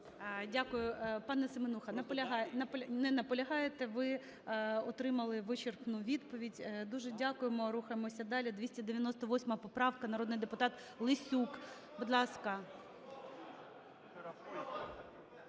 Дякую. Пане Семенуха, наполягаєте? Не наполягаєте, ви отримали ви черпну відповідь. Дуже дякуємо, рухаємося далі. 298 поправка. Народний депутат Лесюк, будь ласка.